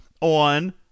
on